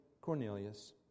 Cornelius